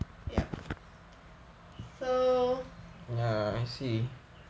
yup so